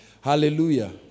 Hallelujah